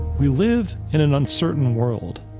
we live in an uncertain world.